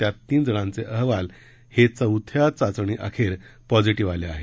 त्यात तीन जणांचे अहवाल हे चौथ्या चाचणी अखेर पॅझिटीव्ह आले आहेत